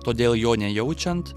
todėl jo nejaučiant